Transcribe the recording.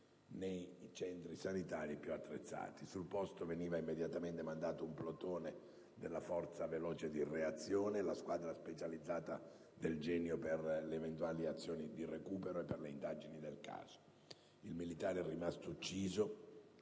nei centri sanitari più attrezzati. Sul posto veniva immediatamente mandato un plotone della Forza veloce di reazione, la squadra specializzata del Genio per le eventuali azioni di recupero e per le indagini del caso. Il militare rimasto ucciso